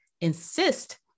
insist